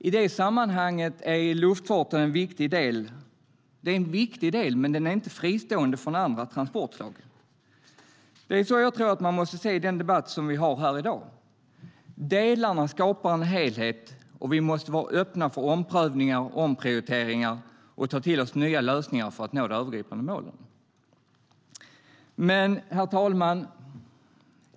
I detta sammanhang är luftfarten en viktig del, men den är inte fristående från andra transportslag. Det är så här jag tror att man måste se den debatt som vi har här i dag: Delarna skapar en helhet, och vi måste vara öppna för omprövningar och omprioriteringar och ta till oss nya lösningar för att nå de övergripande målen. Herr talman!